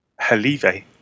Halive